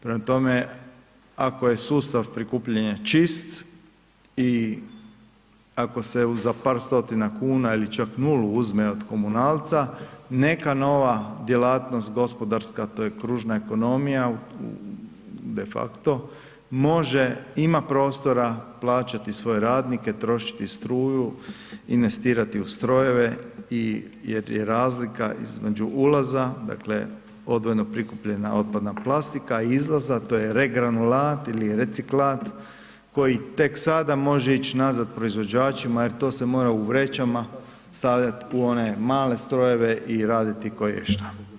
Prema tome ako je sustav prikupljanja čist i ako se za par stotina kuna ili čak nulu uzme od komunalca neka nova djelatnost gospodarska, to je kružna ekonomija de facto, može i ima prostora plaćati svoje radnike, trošiti struju, investirati u strojeve jer je razlika između ulaza odvojeno prikupljena otpadna plastika i izlaza to je regranulat ili reciklat koji tek sada može ići nazad proizvođačima jer to se mora u vrećama stavljati u one male strojeve i raditi koješta.